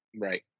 right